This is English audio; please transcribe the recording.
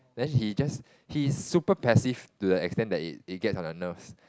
then he just he is super passive to the extend it it gets on the nerves